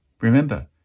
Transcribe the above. Remember